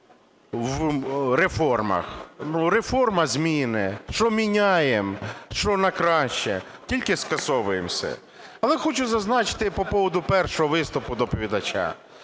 в реформах. Ну, реформа - зміни. Що міняємо? Що на краще? Тільки скасовуємо все. Але хочу зазначити по поводу першого виступу доповідача,